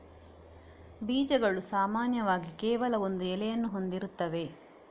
ಬೀಜಗಳು ಸಾಮಾನ್ಯವಾಗಿ ಕೇವಲ ಒಂದು ಎಲೆಯನ್ನು ಹೊಂದಿರುತ್ತವೆ